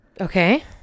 okay